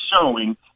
showing